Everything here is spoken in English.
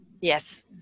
yes